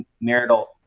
marital